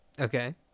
Okay